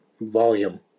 volume